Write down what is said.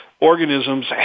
organisms